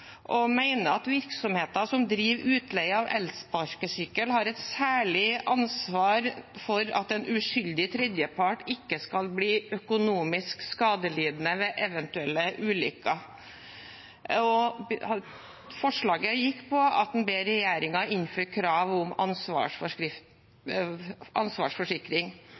og mener at virksomheter som driver utleie av elsparkesykler, har et særlig ansvar for at en uskyldig tredjepart ikke skal bli økonomisk skadelidende ved eventuelle ulykker. Forslaget gikk ut på at man ber regjeringen innføre krav om ansvarsforsikring.